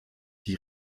die